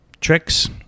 tricks